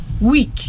weak